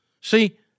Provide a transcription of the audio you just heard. See